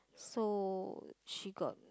so she got